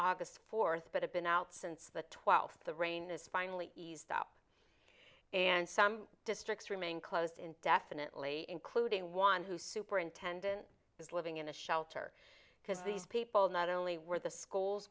august fourth but have been out since the twelfth the rain is finally eased up and some districts remain closed indefinitely including one who superintendent is living in a shelter because these people not only were the schools